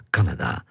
Canada